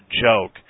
joke